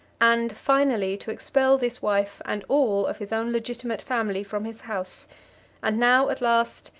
and, finally to expel this wife and all of his own legitimate family from his house and now, at last,